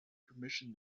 permission